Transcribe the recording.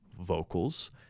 vocals